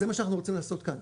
זה מה שאנחנו רצינו לעשות כאן,